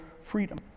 freedom